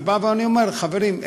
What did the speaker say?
אני אומר: חברים,